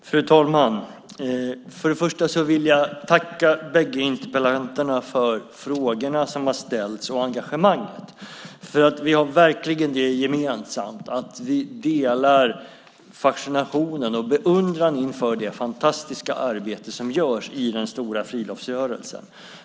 Fru talman! För det första vill jag tacka bägge interpellanterna för frågorna som har ställts och för engagemanget. Vi har verkligen det gemensamt att vi har en fascination och beundran inför det fantastiska arbete som görs i den stora friluftsrörelsen.